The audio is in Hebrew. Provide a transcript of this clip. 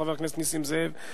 חבר הכנסת נסים זאב,